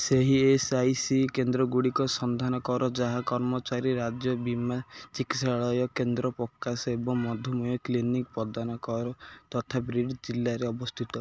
ସେହି E S I C କେନ୍ଦ୍ରଗୁଡ଼ିକର ସନ୍ଧାନ କର ଯାହା କର୍ମଚାରୀ ରାଜ୍ୟ ବୀମା ଚିକିତ୍ସାଳୟ କେନ୍ଦ୍ର ପ୍ରକାର ଏବଂ ମଧୁମେହ କ୍ଲିନିକ୍ ସେବା ପ୍ରଦାନ କରେ ତଥା ବୀଡ଼଼୍ ଜିଲ୍ଲାରେ ଅବସ୍ଥିତ